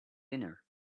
dinner